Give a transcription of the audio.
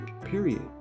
Period